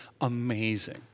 Amazing